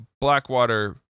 Blackwater